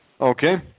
Okay